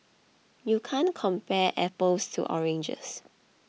you can't compare apples to oranges